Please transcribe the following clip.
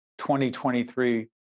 2023